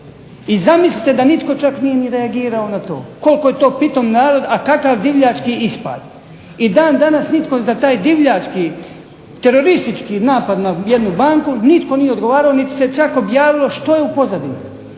I zamislite da nitko čak nije ni reagirao na to, koliko je to pitom narod, a kakav divljački ispad. I dan danas nitko za taj divljački, teroristički napad na jednu banku, nitko nije odgovarao, niti se čak objavilo što je u pozadini.